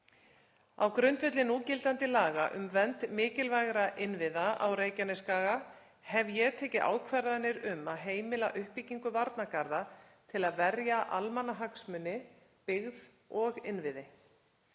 Á grundvelli núgildandi laga um vernd mikilvægra innviða á Reykjanesskaga hef ég tekið ákvarðanir um að heimila uppbyggingu varnargarða til að verja almannahagsmuni, byggð og innviði.